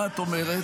מה את אומרת?